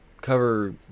Cover